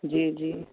جی جی